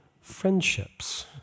friendships